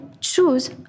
choose